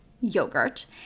yogurt